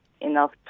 enough